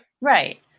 Right